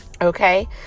Okay